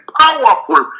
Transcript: powerful